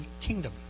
kingdom